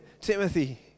Timothy